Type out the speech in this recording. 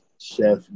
Chef